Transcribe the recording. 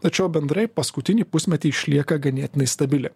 tačiau bendrai paskutinį pusmetį išlieka ganėtinai stabili